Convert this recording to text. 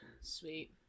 Sweet